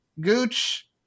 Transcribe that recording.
Gooch